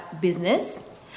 business